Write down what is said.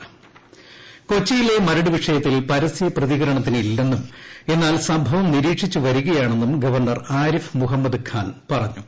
Maradu governor കൊച്ചിയിലെ മരട് വിഷയത്തിൽ പരസ്യ പ്രതികരണത്തിനില്ലെന്നും എന്നാൽ സംഭവം നിരീക്ഷിച്ച് വരികയാണെന്നും ഗവർണ്ണർ ആരിഫ് മുഹമ്മദ് ഖാൻ പറഞ്ഞു